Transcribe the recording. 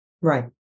Right